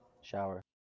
Shower